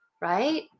right